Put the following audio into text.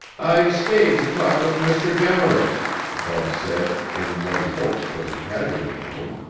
i stayed to talk with mr. demarest, bud said, in what he hoped was casual tone.